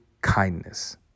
kindness